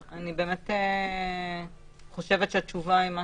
אני חושבת שהתשובה היא מה